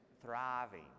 thriving